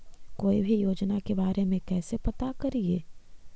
कोई भी योजना के बारे में कैसे पता करिए?